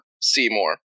Seymour